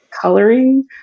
coloring